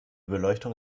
beleuchtung